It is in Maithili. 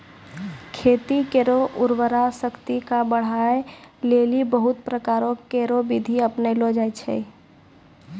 खेत केरो उर्वरा शक्ति क बढ़ाय लेलि बहुत प्रकारो केरो बिधि अपनैलो जाय छै